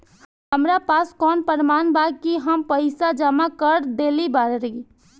हमरा पास कौन प्रमाण बा कि हम पईसा जमा कर देली बारी?